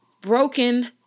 broken